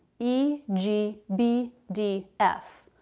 e g b d f.